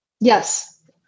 Yes